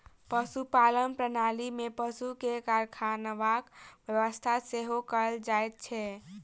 पशुपालन प्रणाली मे पशु के रखरखावक व्यवस्था सेहो कयल जाइत छै